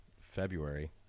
February